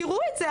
תראו את זה,